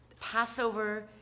Passover